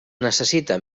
necessita